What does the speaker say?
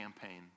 campaign